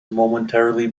momentarily